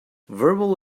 verbal